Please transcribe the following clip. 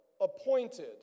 appointed